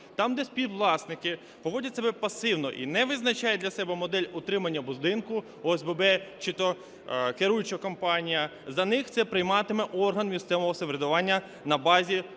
Там, де співвласники поводять себе пасивно і не визначають для себе модель утримання будинку – ОСББ чи то керуюча компанія, за них це прийматиме орган місцевого самоврядування на базі